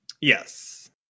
Yes